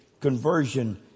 conversion